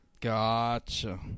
Gotcha